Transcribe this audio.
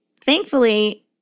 Thankfully